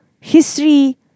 history